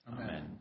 Amen